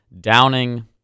downing